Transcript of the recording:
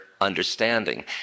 understanding